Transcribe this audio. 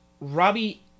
Robbie